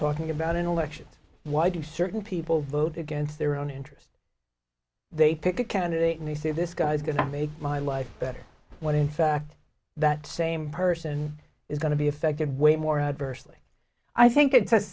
talking about in elections why do certain people vote against their own interest they pick a candidate and they say this guy's going to make my life better when in fact that same person is going to be affected way more adversely i think it's